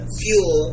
fuel